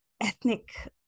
ethnic